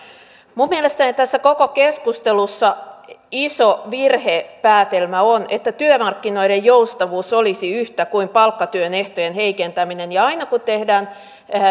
minun mielestäni tässä koko keskustelussa iso virhepäätelmä on että työmarkkinoiden joustavuus olisi yhtä kuin palkkatyön ehtojen heikentäminen ja että aina silloin kun tehdään